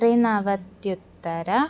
त्रिनवत्युत्तरं